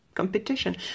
competition